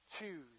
choose